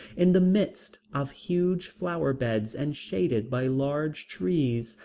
in the midst of huge flower-beds and shaded by large trees,